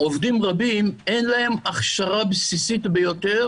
עובדים רבים אין להם הכשרה בסיסית ביותר